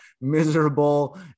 miserable